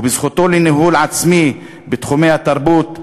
ובזכותו לניהול עצמי בתחומי התרבות,